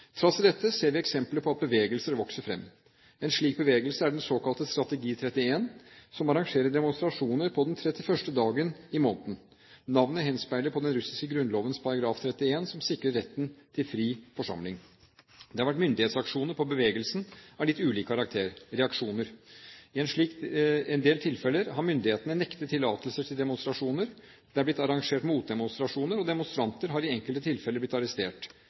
dette ser vi eksempler på at bevegelser vokser fram. En slik bevegelse er den såkalte Strategi 31, som arrangerer demonstrasjoner på den 31. dagen i måneden. Navnet henspeiler på den russiske grunnlovens paragraf 31, som sikrer retten til fri forsamling. Det har vært myndighetsreaksjoner på bevegelsen av litt ulik karakter. I en del tilfeller har myndighetene nektet tillatelser til demonstrasjoner, det er blitt arrangert motdemonstrasjoner, og demonstranter har i enkelte tilfeller blitt arrestert.